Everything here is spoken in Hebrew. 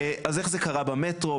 אז איך זה קרה במטרו?